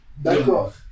D'accord